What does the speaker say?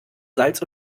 salz